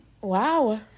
Wow